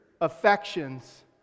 affections